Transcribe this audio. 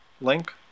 link